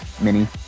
mini